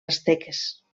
asteques